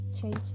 change